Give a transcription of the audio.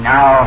Now